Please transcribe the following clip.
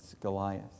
Goliath